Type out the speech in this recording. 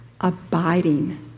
abiding